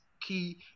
key